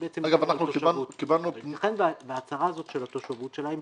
על תושבות ולכן ההצהרה הזאת של התושבות שלהם,